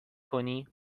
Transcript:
کنی